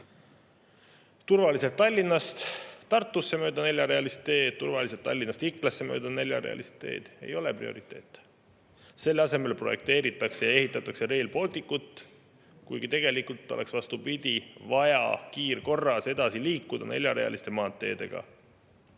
Turvaliselt Tallinnast Tartusse mööda neljarealist teed, turvaliselt Tallinnast Iklasse mööda neljarealist teed – see ei ole prioriteet. Selle asemel projekteeritakse ja ehitatakse Rail Balticut, kuigi tegelikult oleks, vastupidi, vaja kiirkorras edasi liikuda neljarealiste maanteedega.